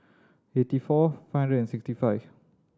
eighty four five hundred and sixty five